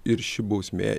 ir ši bausmė yra